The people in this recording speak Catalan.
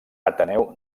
ateneu